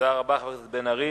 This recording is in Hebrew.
תודה רבה לחבר הכנסת בן-ארי.